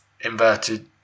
inverted